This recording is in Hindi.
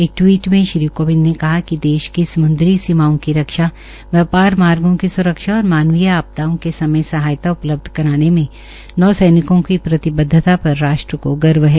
एक टिवीट में श्री कोविंद ने कहा क देश की सम्द्री सीमाओं की रक्षा व्यापार मार्गो की स्रक्षा और मानवीय आपदाओं के समय सहायता उपलब्ध कराने मे नौसैनिकों की प्रतिबद्वता पर राष्ट्र को गर्व है